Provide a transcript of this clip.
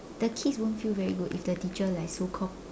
the kids won't feel very good if the teacher like so called